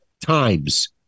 times